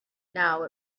now